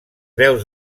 veus